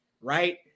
right